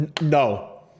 No